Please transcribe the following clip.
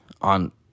on